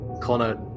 Connor